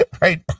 Right